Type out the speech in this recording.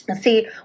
See